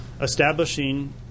Establishing